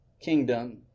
kingdom